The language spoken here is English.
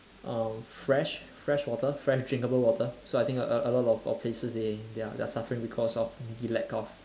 uh fresh fresh water fresh drinkable water so I think a a a lot of of places they they are they are suffering because of the lack of